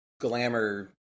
glamour